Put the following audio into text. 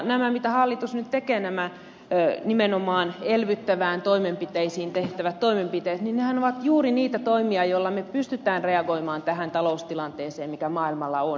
nämä mitä hallitus nyt tekee nämä nimenomaan elvyttävään suuntaan tehtävät toimenpiteet nehän ovat juuri niitä toimia joilla me pystymme reagoimaan tähän taloustilanteeseen mikä maailmalla on